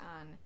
on